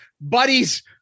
buddies